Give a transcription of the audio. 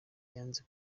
yanze